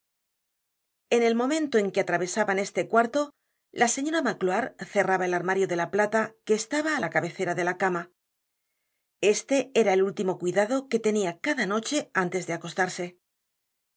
en el momento en que atravesaban este cuarto la señora magloire erraba el armario de la plata que estaba á la cabecera de la cama este era el último cuidado que tenia cada noche antes de acostarse